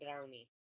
brownie